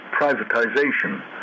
privatization